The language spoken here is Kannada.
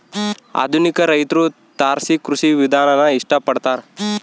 ಆಧುನಿಕ ರೈತ್ರು ತಾರಸಿ ಕೃಷಿ ವಿಧಾನಾನ ಇಷ್ಟ ಪಡ್ತಾರ